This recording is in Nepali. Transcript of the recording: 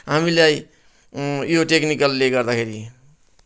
हामीलाई यो टेक्निकलले गर्दाखेरि